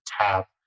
tap